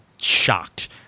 shocked